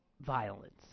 violence